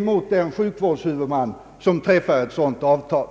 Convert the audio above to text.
mot den sjukvårdshuvudman som träffar ett sådant avtal?